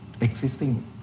existing